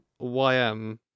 YM